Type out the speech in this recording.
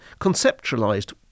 conceptualized